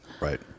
right